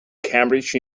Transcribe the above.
cambridge